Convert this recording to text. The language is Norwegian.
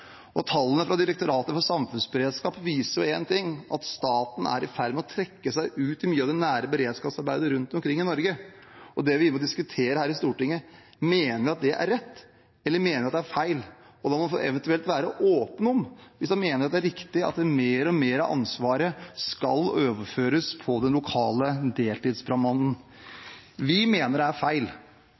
år. Tallene fra Direktoratet for samfunnssikkerhet og beredskap viser én ting, at staten er i ferd med å trekke seg ut i mye av det nære beredskapsarbeidet rundt omkring i Norge. Det vi må diskutere her i Stortinget, er: Mener vi at det er rett, eller mener vi at det er feil? Og da må man eventuelt være åpen om det, de som mener at det er riktig at mer og mer av ansvaret skal overføres til den lokale deltidsbrannmannen. Vi i Senterpartiet mener det er feil